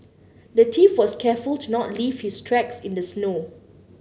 the thief was careful to not leave his tracks in the snow